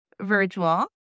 virtual